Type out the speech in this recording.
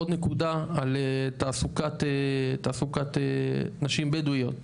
עוד נקודה על תעסוקת נשים בדואיות,